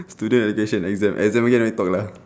student education exam exam again I talk lah